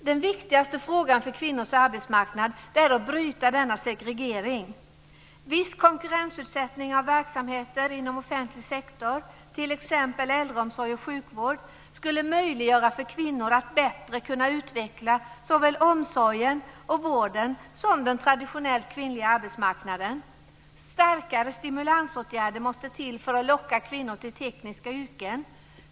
Den viktigaste frågan för kvinnors arbetsmarknad är att bryta denna segregering. Viss konkurrensutsättning av verksamheter inom offentlig sektor, t.ex. äldreomsorg och sjukvård, skulle möjliggöra för kvinnor att bättre utveckla såväl omsorgen och vården som den traditionellt kvinnliga arbetsmarknaden. Starkare stimulansåtgärder måste till för att locka kvinnor till tekniska yrken.